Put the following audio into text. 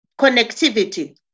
connectivity